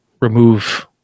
remove